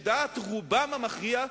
שדעת רובם המכריע,